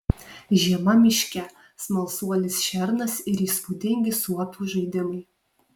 žiema miške smalsuolis šernas ir įspūdingi suopių žaidimai